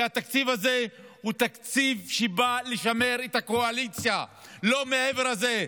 כי התקציב הזה הוא תקציב שבא לשמר את הקואליציה ולא מעבר לזה.